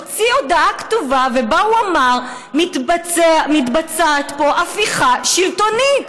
הוא הוציא הודעה כתובה ובה הוא אמר: מתבצעת פה הפיכה שלטונית.